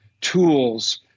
tools